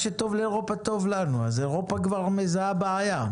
אירופה כבר מזהה בעיה.